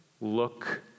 Look